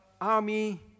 army